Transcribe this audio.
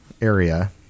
area